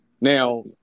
now